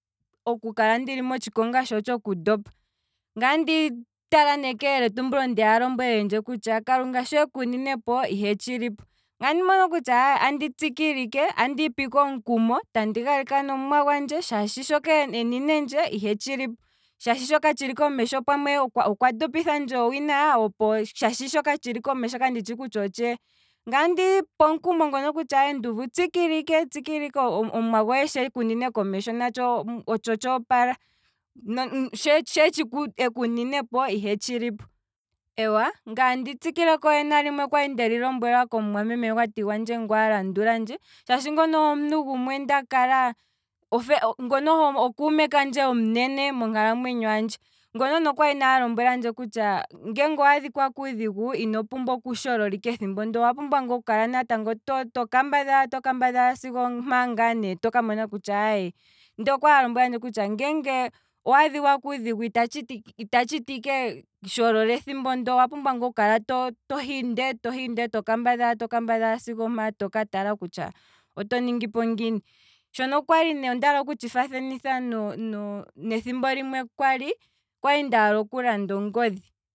Oku kala ndili motshikonga sho tshoku ndopa, ngaye andi tala ne keyele tumbulo ndiya ali alombwelelendje kutya kalunga sho ekuninepo ihe tshilipo, ngaye andi mono kutya andi tsikile ike, andiipe ike omukumo, andi galikana omuwa gwandje shaashi shoka eninendje ihe tshilipo, shaashi shoka tshili komesho, pamwe okwa ndopithandje owina opo shaashi shoka tshili komesho kanditshi kutya otshee, ngaye andiipe omukumo ngono kutya nduuvu tsikila ike, tsikila ike shaashi omwa gohe sho ekunine komesho natsho otsho sthoopala, sho eku ninepo ihetshi lipo, eewa, nagaye andi tsikileko nalimwe kwali ndeli lombwelwa komu mwameme mati gandje ngu alandulandje, shaashi ngono ohe omuntu gumwe nda kala, ohe ofelende, ngono ohe kuume kandje omunene monkalamwenyo handje, ngono ne okwali alombwelandje kutya ngele owaadhika kuudhigu, ino pumbwa okusholola ike ethimbo ndoo, owa pumbwa ngaa oku kala toka mbadhala, toka mbadhala, sigo ompaa ngaa ne toka mona kutya aye, nde okwali a lombwelandje kutya ngeenge owaadhika kuudhigu ita tshiti ike sholola ethimbo ndoo. owapumbwa ngaa okukala tohi ndee tohi ndee toka mbadhala toka mbadhala sigo ompaa toka tala kutya oto ningipo ngiini, shono okwali, ondaala okutshi faathanitha no- no- nethimbo limwe kwali, kwali ndaala oku landa ongodhi